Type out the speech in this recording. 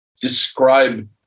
describe